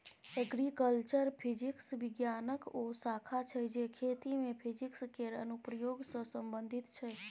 agriculture physics बिज्ञानक ओ शाखा छै जे खेती मे फिजिक्स केर अनुप्रयोग सँ संबंधित छै